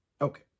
Okay